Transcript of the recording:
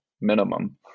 Minimum